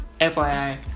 FYI